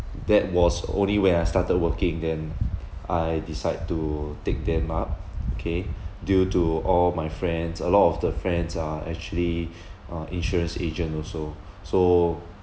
that was only when I started working then I decide to take them up K due to all my friends a lot of the friends are actually uh insurance agent also so